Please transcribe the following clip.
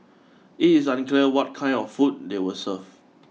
it is unclear what kind of food they were served